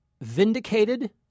Vindicated